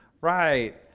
Right